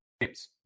games